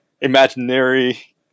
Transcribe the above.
imaginary